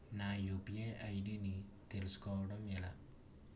నా UPI ID ని తెలుసుకోవడం ఎలా?